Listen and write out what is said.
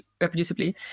reproducibly